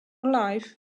life